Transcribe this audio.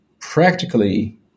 practically